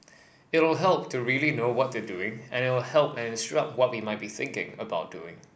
it'll help to really know what they're doing and it'll help and instruct what we might be thinking about doing